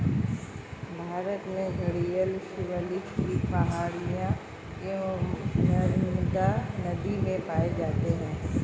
भारत में घड़ियाल शिवालिक की पहाड़ियां एवं नर्मदा नदी में पाए जाते हैं